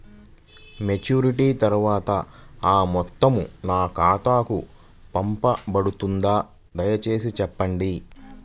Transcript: Maturity తర్వాత ఆ మొత్తం నా ఖాతాకు పంపబడుతుందా? దయచేసి చెప్పండి?